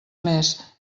més